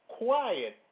quiet